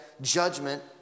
judgment